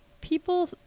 People